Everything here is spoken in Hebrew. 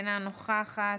אינה נוכחת,